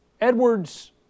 Edwards